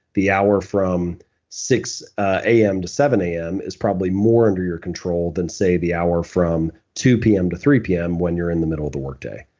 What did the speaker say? the hour from six ah a m. to seven a m. is probably more under your control that say the hour from two p m. to three p m. when you're in the middle of the workday.